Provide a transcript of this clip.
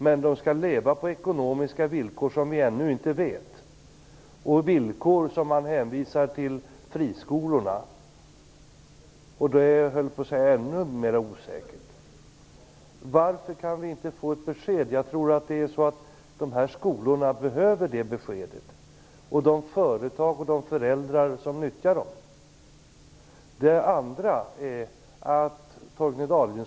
Men de skall leva under ekonomiska villkor som vi ännu inte vet någonting om. Man hänvisar till samma villkor som gäller för friskolorna, och det gör det hela ännu mer osäkert. Varför kan vi inte få ett besked? Dessa skolor och de företag, föräldrar och elever som nyttjar dem behöver ett sådant besked.